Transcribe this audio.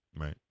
Right